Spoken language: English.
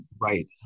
Right